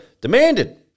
demanded